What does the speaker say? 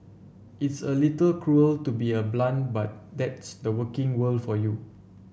it's a little cruel to be a blunt but that's the working world for you